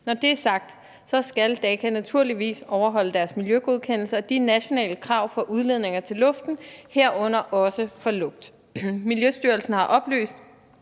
Når det er sagt, skal Daka naturligvis overholde deres miljøgodkendelse og de nationale krav for udledninger til luften, herunder også for lugt. Miljøstyrelsen har oplyst,